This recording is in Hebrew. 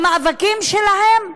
במאבקים שלהם,